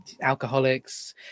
alcoholics